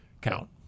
count